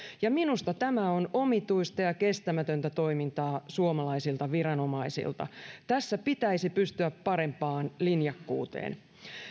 minusta tämä on omituista ja kestämätöntä toimintaa suomalaisilta viranomaisilta tässä pitäisi pystyä parempaan linjakkuuteen